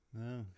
No